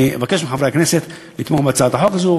אני אבקש מחברי הכנסת לתמוך בהצעת החוק הזאת,